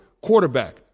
Quarterback